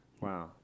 Wow